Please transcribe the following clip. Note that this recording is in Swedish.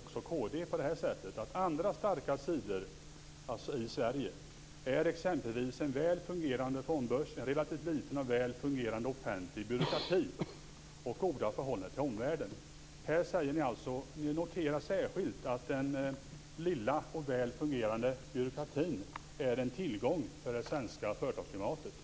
kristdemokraterna: "Andra starka sidor" - i Sverige - "är exempelvis en väl fungerande fondbörs, en relativt liten och väl fungerande offentlig byråkrati och goda förhållanden till omvärlden." Ni noterar särskilt att den lilla och väl fungerande byråkratin är en tillgång för det svenska företagsklimatet.